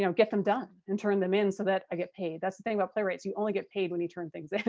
you know get them done and turn them so that i get paid. that's the thing about playwrights. you only get paid when you turn things in,